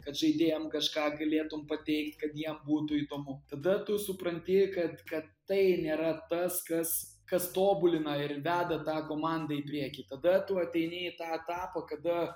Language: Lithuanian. kad žaidėjam kažką galėtum pateikt kad jiem būtų įdomu tada tu supranti kad kad tai nėra tas kas kas tobulina ir veda tą komandą į priekį tada tu ateini į tą etapą kada